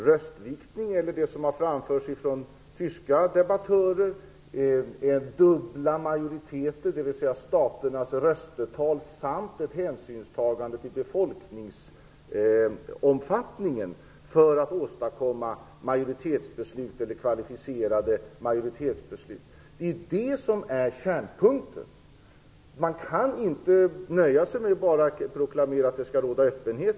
Röstviktning, eller det som har framförts från tyska debattörer om dubbla majoriteter, dvs. staternas röstetal samt ett hänsynstagande till befolkningsomfattningen för att åstadkomma majoritetsbeslut eller kvalificerad majoritetsbeslut, är det som är kärnpunkten. Man kan inte nöja sig med att bara proklamera att det skall råda öppenhet.